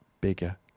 bigger